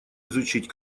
изучить